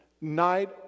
night